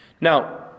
Now